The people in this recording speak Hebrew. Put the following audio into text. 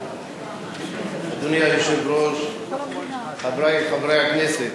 אדוני היושב-ראש, חברי חברי הכנסת,